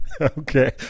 okay